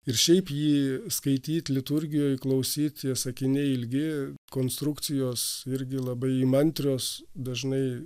ir šiaip jį skaityt liturgijoj klausyt jo sakiniai ilgi konstrukcijos irgi labai įmantrios dažnai